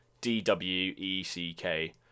d-w-e-c-k